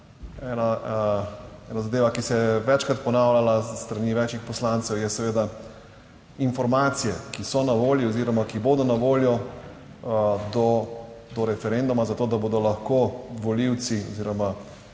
ena zadeva, ki se je večkrat ponavljala s strani večjih poslancev je seveda informacije, ki so na voljo oziroma ki bodo na voljo do referenduma, zato da bodo lahko volivci oziroma